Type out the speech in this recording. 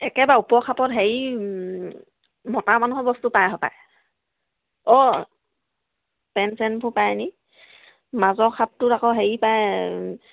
একেবাৰে ওপৰ খাপত হেৰি মতা মানুহৰ বস্তু পায় হপায় অঁ পেন্ট চেনবোৰ পায়নি মাজৰ খাপটোত আকৌ হেৰি পায়